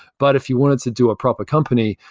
but if you wanted to do a proper company,